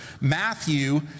Matthew